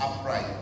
upright